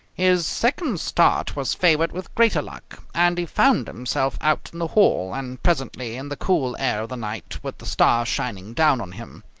his second start was favoured with greater luck, and he found himself out in the hall, and presently in the cool air of the night, with the stars shining down on him.